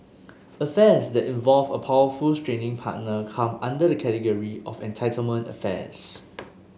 affairs that involve a powerful straying partner come under the category of entitlement affairs